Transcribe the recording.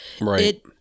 right